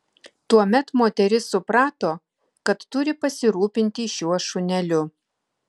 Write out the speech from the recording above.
tuomet moteris suprato kad turi pasirūpinti šiuo šuneliu